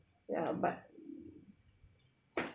ya but